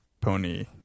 pony